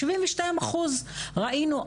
72 אחוז ראינו,